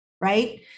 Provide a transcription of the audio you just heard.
right